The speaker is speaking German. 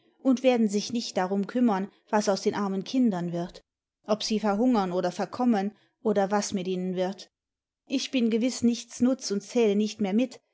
und werden sich nicht darum kümmern was aus den armen kindern wird ob sie verhimgem oder verkommen oder was mit ihnen wird ich bin gewiß nichts nutz und zähle nicht mehr mit